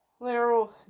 literal